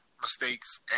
mistakes